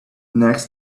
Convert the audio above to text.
next